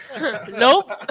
Nope